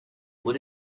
what